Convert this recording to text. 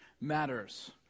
Matters